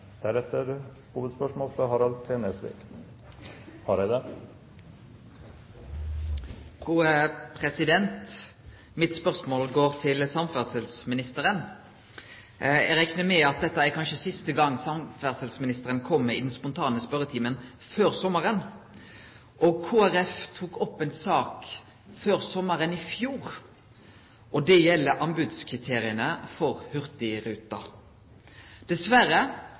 Mitt spørsmål går til samferdselsministeren. Eg reknar med at dette kanskje er siste gongen samferdselsministeren kjem i den spontane spørjetimen før sommaren. Kristeleg Folkeparti tok opp ei sak før sommaren i fjor, og det gjeld anbodskriteria for hurtigruta. Dessverre